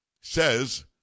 says